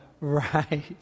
right